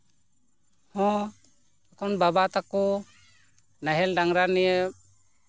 ᱦᱚᱸ ᱮᱠᱷᱚᱱ ᱵᱟᱵᱟ ᱛᱟᱠᱚ ᱱᱟᱦᱮᱞ ᱰᱟᱝᱨᱟ ᱱᱤᱭᱮ